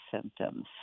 symptoms